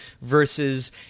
versus